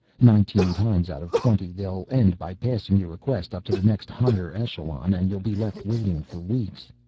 nineteen times out of twenty, they'll end by passing your request up to the next higher echelon, and you'll be left waiting for weeks.